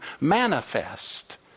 manifest